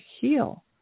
heal